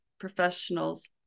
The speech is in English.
professionals